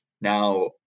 Now